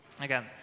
again